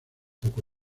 poco